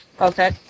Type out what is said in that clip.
Okay